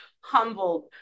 humbled